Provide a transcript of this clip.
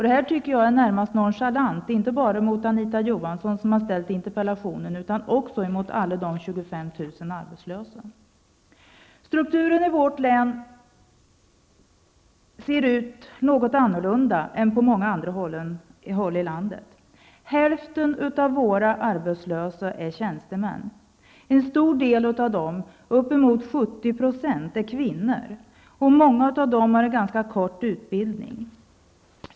Det här tycker jag är närmast nonchalant, inte bara mot Anita Johansson som har framställt interpellationen utan också mot alla de Strukturen i vårt län är något annorlunda än på många andra håll i landet. Hälften av våra arbetslösa är tjänstemän. En stor del av dem, upp emot 70 %, är kvinnor. Många av dessa har en ganska kort utbildning.